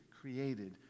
created